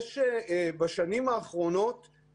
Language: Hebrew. שעשינו שפורסם בשנת 2014 בשם "פעולות הממשלה